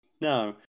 No